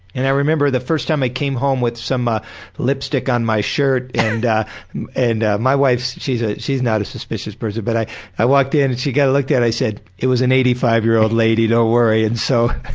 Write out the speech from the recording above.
and i remember the first time i came home with some ah lipstick on my shirt and and my wife, she's ah she's not a suspicious person, but i i walked in and she kinda looked at it and i said, it was an eighty-five year old lady, don't worry and so.